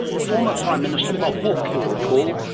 former prime minister bob hawke, you'll recall,